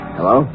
Hello